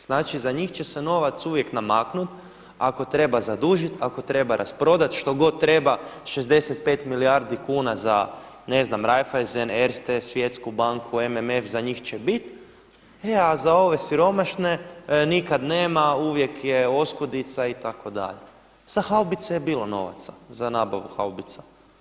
Znači za njih će se novac uvijek namaknut, ako treba zadužit, ako treba rasprodat, što god treba 65 milijardi kuna ne znam Raiffeisen, Erste, Svjetsku banku, MMF za njih će biti e za ove siromašne nikad nema, uvijek je oskudica itd. za haubice je bilo novaca za nabavu haubica.